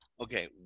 Okay